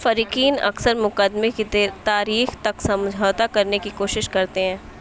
فریقین اکثر مقدمے کی تاریخ تک سمجھوتا کرنے کی کوشش کرتے ہیں